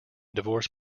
divorce